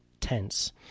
tense